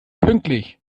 pünktlich